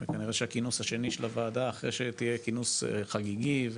כנראה שהכינוס השני של הוועדה אחרי שיהיה כינוס חגיגי,